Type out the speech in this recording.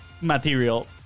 material